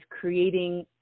creating